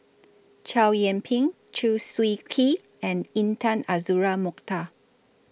Chow Yian Ping Chew Swee Kee and Intan Azura Mokhtar